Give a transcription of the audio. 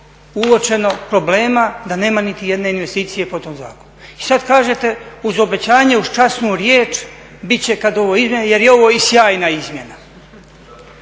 uočeno problema da nema niti jedne investicije po tom zakonu. I sada kažete uz obećanje uz časnu riječ biti će kada ovo izmijeni, jer je ovo i sjajna izmjena.